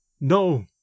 No